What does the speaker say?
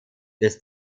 des